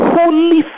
holy